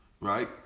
right